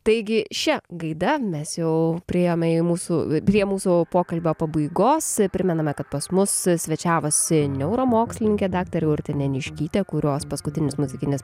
taigi šia gaida mes jau priėjome į mūsų prie mūsų pokalbio pabaigos primename kad pas mus svečiavosi neuromokslininkė daktarė urtė neniuškytė kurios paskutinis muzikinis